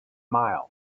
miles